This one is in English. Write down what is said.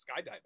skydiving